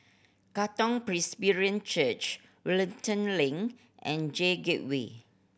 Katong Presbyterian Church Wellington Link and J Gateway